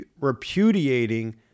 repudiating